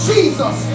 Jesus